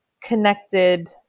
connected